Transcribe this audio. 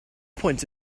point